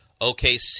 OKC